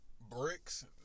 bricks